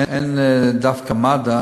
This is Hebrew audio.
אין דווקא מד"א,